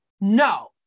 no